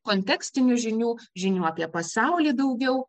kontekstinių žinių žinių apie pasaulį daugiau